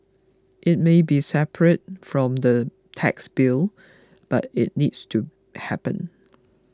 it may be separate from the tax bill but it needs to happen